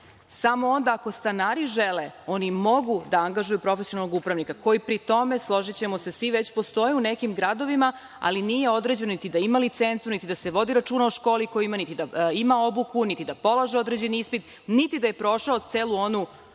Samo onda ako stanari žele, oni mogu da angažuju profesionalnog upravnika, koji pri tome, složićemo se svi, već postoje u nekim gradovima, ali nije određeno niti da ima licencu, niti da se vodi računa o školi koju ima, niti da ima obuku, niti da polaže određeni ispiti, niti da je prošao celu onu